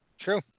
True